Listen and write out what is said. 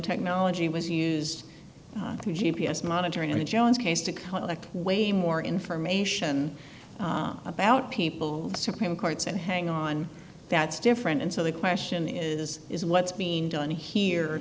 technology was used the g p s monitoring in the jones case to collect way more information about people supreme court said hang on that's different and so the question is is what's being done here